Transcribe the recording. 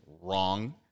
wrong